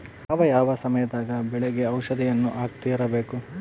ಯಾವ ಯಾವ ಸಮಯದಾಗ ಬೆಳೆಗೆ ಔಷಧಿಯನ್ನು ಹಾಕ್ತಿರಬೇಕು?